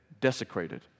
desecrated